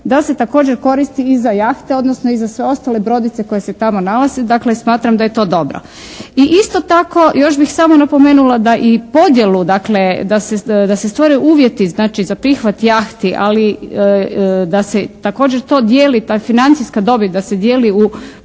da se također koristi i za jahte, odnosno i za sve ostale brodice koje se tamo nalaze, dakle smatram da je to dobro. I isto tako još bih samo napomenula da i podjelu, dakle da se stvore uvjeti za prihvat jahti, ali da se također to dijeli ta financijska dobit da se dijeli u